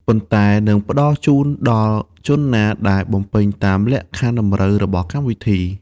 ប៉ុន្តែនឹងផ្តល់ជូនដល់ជនណាដែលបំពេញតាមលក្ខខណ្ឌតម្រូវរបស់កម្មវិធី។